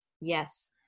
Yes